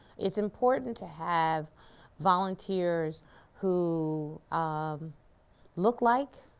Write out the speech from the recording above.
it's important to have volunteers who um look like